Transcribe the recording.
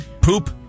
poop